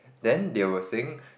then they were saying